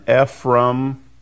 Ephraim